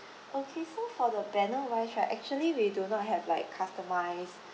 okay so for the banner wise right actually we do not have like customise